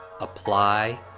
apply